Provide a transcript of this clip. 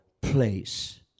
place